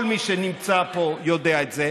וכל מי שנמצא פה יודע את זה,